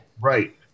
right